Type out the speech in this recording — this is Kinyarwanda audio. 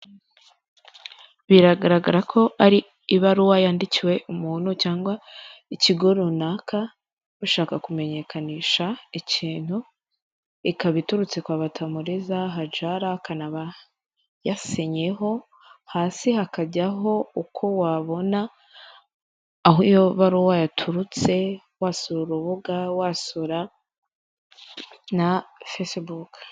Biragaragara ko ari ibaruwa yandikiwe umuntu cyangwa ikigo runaka ushaka kumenyekanisha ikintu ikaba iturutse kwa batamuriza hajara akanaba yasinyeho hasi hakajyaho uko wabona aho iyo baruwa yaturutse wasura urubuga, wasura na facebook .